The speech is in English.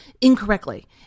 incorrectly